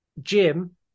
Jim